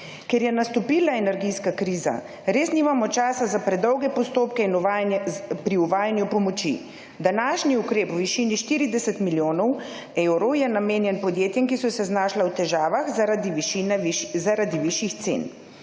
Ker je nastopila energijska kriza res nimamo časa za predolge postopke pri uvajanju pomoči. Današnji ukrep v višini 40 milijonov evrov je namenjen podjetjem, ki so se znašala v težavah, zaradi višjih cen.